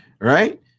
right